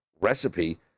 recipe